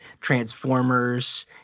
Transformers